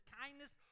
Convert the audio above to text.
kindness